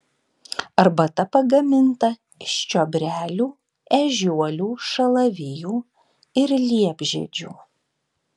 arbata pagaminta iš čiobrelių ežiuolių šalavijų ir liepžiedžių